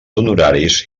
honoraris